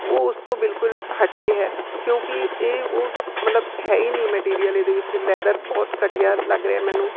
ਉਹ ਉਸ ਤੋਂ ਬਿਲਕੁਲ ਹਟ ਕੇ ਹੈ ਕਿਉਂਕਿ ਇਹ ਉਹ ਮਤਲਬ ਹੈ ਹੀ ਨਹੀਂ ਮਟੀਰੀਅਲ ਇਹਦੇ ਵਿੱਚ ਲੈਦਰ ਬਹੁਤ ਘਟੀਆ ਲੱਗ ਰਿਹਾ ਮੈਨੂੰ